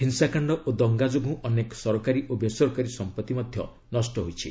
ହିଂସାକାଣ୍ଡ ଓ ଦଙ୍ଗା ଯୋଗୁଁ ଅନେକ ସରକାରୀ ଓ ବେସରକାରୀ ସମ୍ପତ୍ତି ମଧ୍ୟ ନଷ୍ଟ ହୋଇଛି